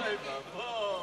אוי ואבוי.